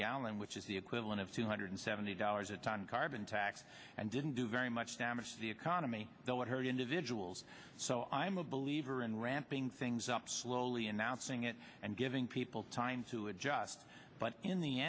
gallon which is the equivalent of two hundred seventy dollars a tonne carbon tax and didn't do very much damage the economy though it hurt individuals so i'm a believer in ramping things up slowly announcing it and giving people time to adjust but in the